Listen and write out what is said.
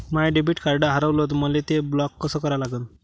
माय debit card हारवलं, मले ते ब्लॉक कस करा लागन?